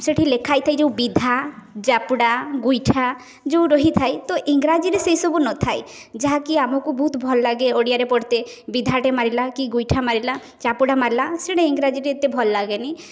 ସେଠି ଲେଖା ହେଇଥାଏ ଯେଉଁ ବିଧା ଚାପୁଡ଼ା ଗୋଇଠା ଯେଉଁ ରହିଥାଏ ତ ଇଂରାଜୀରେ ସେ ସବୁ ନଥାଏ ଯାହାକି ଆମକୁ ବହୁତ ଭଲ ଲାଗେ ଓଡ଼ିଆରେ ପଢ଼ିଲେ ବିଧାଟିଏ ମାଇଲା କି ଗୋଇଠା ମାରିଲା କି ଚାପୁଡ଼ା ମାରିଲା ସେଇଟା ଇଂରାଜୀରେ ଏତେ ଭଲ ଲାଗେନି